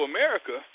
America